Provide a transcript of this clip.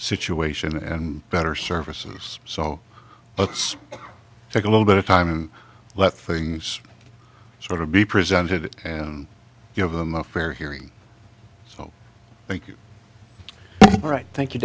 situation and better services so let's take a little bit of time and let things sort of be presented and give them a fair hearing so thank you